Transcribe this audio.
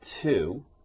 two